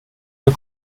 der